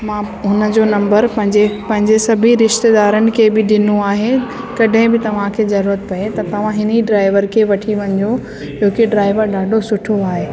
मां हुन जो नंबर पंहिंजे पंहिंजे सभी रिश्तेदारनि खे बि ॾिनो आहे कॾहिं बि तव्हांखे ज़रूरत पए त तव्हां हिन ई ड्राइवर खे वठी वञो छोकी ड्राइवर ॾाढो सुठो आहे